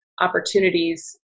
opportunities